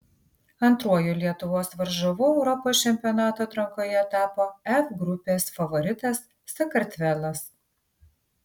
antruoju lietuvos varžovu europos čempionato atrankoje tapo f grupės favoritas sakartvelas